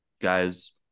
guys